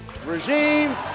Regime